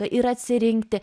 ir atsirinkti